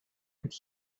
could